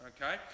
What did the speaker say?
Okay